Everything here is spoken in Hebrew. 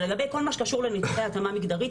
אבל לגבי כל מה שקשור לניתוחי התאמה מגדרית,